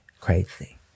crazy